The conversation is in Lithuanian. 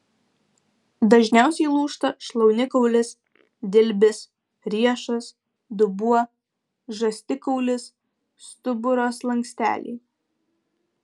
dažniausiai lūžta šlaunikaulis dilbis riešas dubuo žastikaulis stuburo slanksteliai